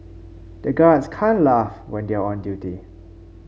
the guards can't laugh when they are on duty